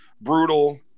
brutal